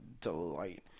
delight